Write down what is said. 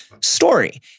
story